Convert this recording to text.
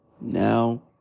Now